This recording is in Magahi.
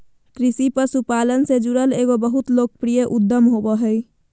कृषि पशुपालन से जुड़ल एगो बहुत लोकप्रिय उद्यम होबो हइ